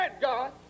God